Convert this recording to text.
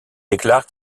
déclare